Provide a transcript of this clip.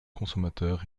consommateurs